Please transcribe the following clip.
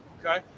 Okay